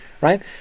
right